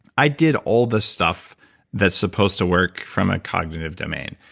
i did all the stuff that's supposed to work from a cognitive domain.